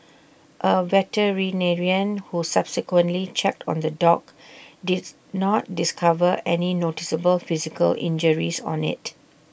A veterinarian who subsequently checked on the dog did not discover any noticeable physical injuries on IT